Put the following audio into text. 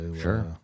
Sure